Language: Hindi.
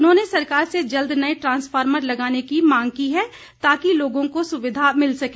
उन्होंने सरकार से जल्द नए ट्रांसफॉमर्र लगाने की मांग की है ताकि लोगों को सुविधा मिल सके